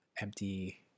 empty